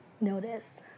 notice